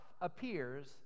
appears